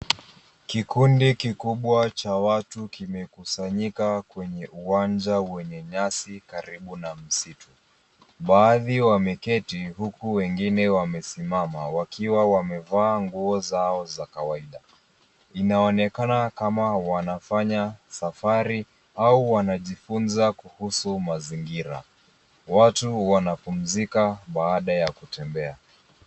Kikundi kikubwa cha watu kimekusanyika kwenye uwanja wenye nyasi karibu na msitu. Baadhi wameketi huku wengine wamesimama, wakiwa wamevaa nguo zao za kawaida. Inaonekana kama wanafanya safari au wanajifunza kuhusu mazingira. Watu wanapumzika baada ya kutembea.